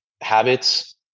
habits